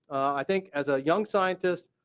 i think as a young scientist,